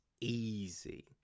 easy